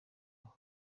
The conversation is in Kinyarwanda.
aho